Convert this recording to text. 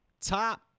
top